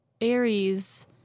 Aries